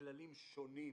הכללים שונים